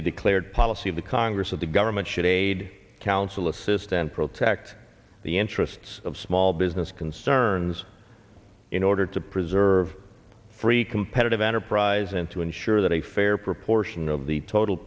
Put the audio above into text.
the declared policy of the congress of the government should aid counsel assist and protect the interests of small business concerns in order to preserve free competitive enterprise and to ensure that a fair proportion of the total